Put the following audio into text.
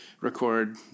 record